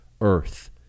earth